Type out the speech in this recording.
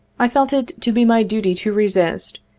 i felt it to be my duty to resist,